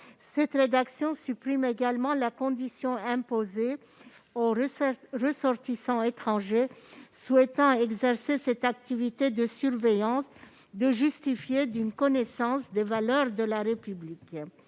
privée. Elle supprime également la condition imposée aux ressortissants étrangers souhaitant exercer cette activité de surveillance de justifier d'une connaissance des valeurs de la République,